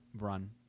run